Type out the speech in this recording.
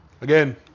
Again